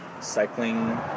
cycling